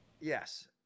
Yes